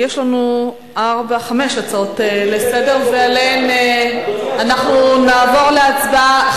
יש לנו חמש הצעות לסדר-היום ונעבור להצבעה עליהן.